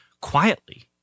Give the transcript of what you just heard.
quietly